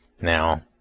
now